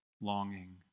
longing